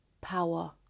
power